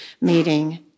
meeting